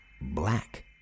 black